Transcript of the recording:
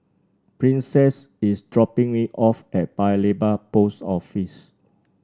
Princess is dropping me off at Paya Lebar Post Office